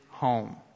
home